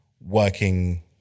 working